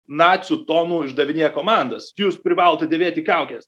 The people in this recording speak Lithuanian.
nacių tonu uždavinėja komandas jūs privalote dėvėti kaukes